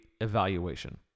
evaluation